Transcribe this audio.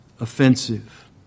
offensive